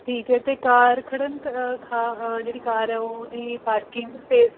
ਠੀਕ ਹੈ ਅਤੇ ਕਾਰ ਖੜਨ ਅ ਖਾ ਅ ਜਿਹੜੀ ਕਾਰ ਆ ਉਹਦੀ ਪਾਰਕਿੰਗ ਸਪੇਸ